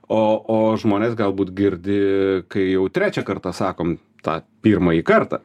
o o žmonės galbūt girdi kai jau trečią kartą sakom a pirmąjį kartą